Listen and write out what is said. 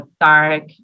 dark